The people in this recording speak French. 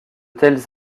tels